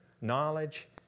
knowledge